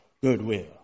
goodwill